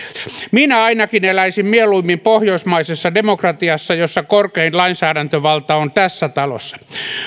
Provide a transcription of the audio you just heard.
minä ainakin eläisin mieluummin pohjoismaisessa demokratiassa jossa korkein lainsäädäntövalta on tässä talossa